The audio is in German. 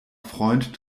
freund